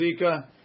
zika